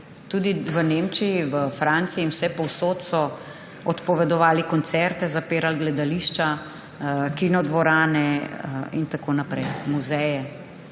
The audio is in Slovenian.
Tudi v Nemčiji, v Franciji in vsepovsod so odpovedovali koncerte, zapirali gledališča, kinodvorane in tako naprej, muzeje.